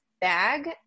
bag